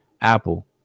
Apple